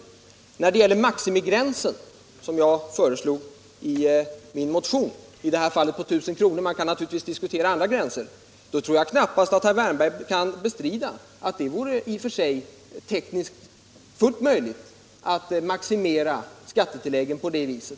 Den andra frågan gäller maximigränsen, där jag i min motion har föreslagit I 000 kr., men man kan naturligtvis även diskutera andra gränser. Jag tror knappast att herr Wärnberg kan bestrida att det i och för sig vore tekniskt fullt möjligt att maximera skattetilläggen på det viset.